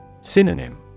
Synonym